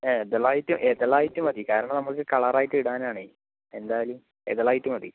ഇതളായിട്ട് ഇതളായിട്ട് മതി കാരണം നമുക്ക് കളർ ആയിട്ട് ഇടാൻ ആണെ എന്തായാലും ഇതളായിട്ട് മതി